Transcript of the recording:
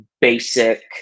basic